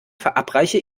verabreiche